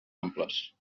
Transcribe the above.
amples